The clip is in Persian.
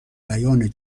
بیان